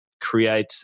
create